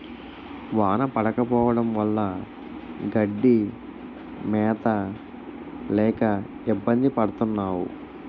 వాన పడకపోవడం వల్ల గడ్డి మేత లేక ఇబ్బంది పడతన్నావు